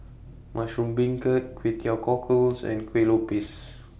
Mushroom Beancurd Kway Teow Cockles and Kuih Lopes